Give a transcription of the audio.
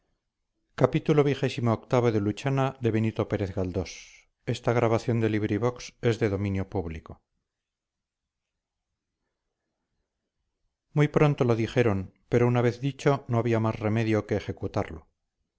muy pronto lo dijeron pero una vez dicho no había más remedio que ejecutarlo